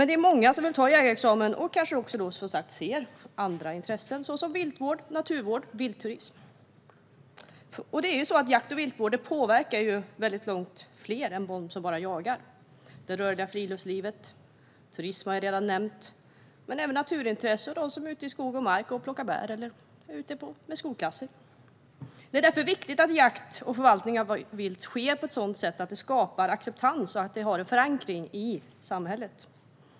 Det är många som vill ta jägarexamen och kanske också ser andra intressen, som viltvård, naturvård och viltturism. Jakt och viltvård påverkar långt fler än bara dem som jagar: friluftslivet, turismen och naturintresset och de som är ute i skog och mark och plockar bär eller är ute med skolklasser. Det är därför viktigt att jakt och förvaltning av vilt sker på ett sådant sätt att det skapar acceptans och har en förankring i samhället.